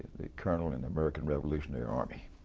the colonel in the american revolutionary army,